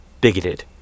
Bigoted